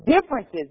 differences